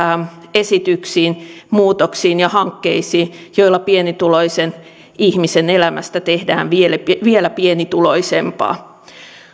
esityksiin muutoksiin ja hankkeisiin joilla pienituloisen ihmisen elämästä tehdään vielä vielä pienituloisempaa